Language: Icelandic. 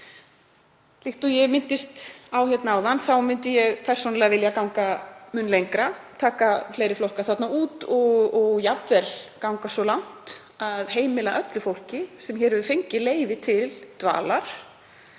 Líkt og ég minntist á hér áðan myndi ég persónulega vilja ganga mun lengra, taka fleiri flokka út og jafnvel ganga svo langt að heimila öllu fólki sem hér hefur fengið leyfi til dvalar